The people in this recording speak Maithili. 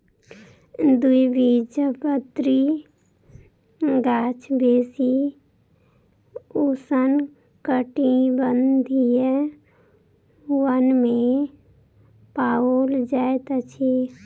द्विबीजपत्री गाछ बेसी उष्णकटिबंधीय वन में पाओल जाइत अछि